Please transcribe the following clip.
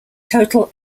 total